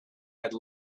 had